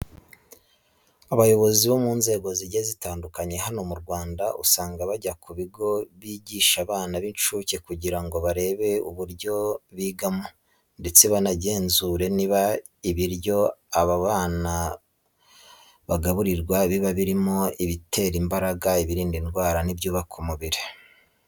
Abayobozi bo mu nzego zigiye zitandukanye hano mu Rwanda, usanga bajya ku bigo byigisha abana b'incuke kugira ngo barebe uburyo bigamo ndetse banagenzure niba ibiryo aba bana bagaburirwa biba birimo ibitera imbaraga, ibirinda indwara n'ibyubaka umubiri.